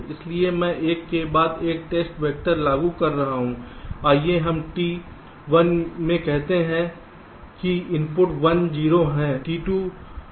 इसलिए मैं एक के बाद एक टेस्ट वैक्टर लगा रहा हूं आइए हम T 1 में कहते जहां हैं कि इनपुट 1 0 में है T2उ समें 1 1 बन जाता है